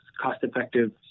cost-effective